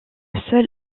seul